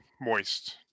moist